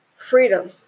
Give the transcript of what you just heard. Freedom